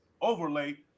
overlay